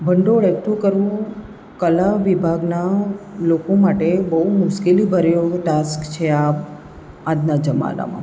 ભંડોળ એકઠું કરવું કલા વિભાગના લોકો માટે બહુ મુશ્કેલી ભર્યો ટાસ્ક છે આ આજના જમાનામાં